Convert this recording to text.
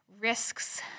risks